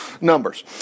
Numbers